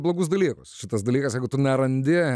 blogus dalykus šitas dalykas jeigu tu nerandi